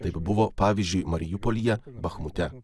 taip buvo pavyzdžiui mariupolyje bachmute